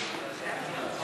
3 נתקבלו.